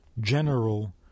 general